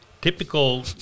typical